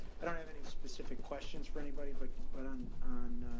i don't have any specific questions for anybody but but on, ah,